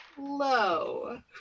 Low